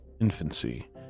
infancy